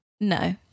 No